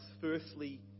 firstly